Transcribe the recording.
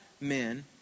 men